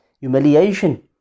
humiliation